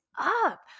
up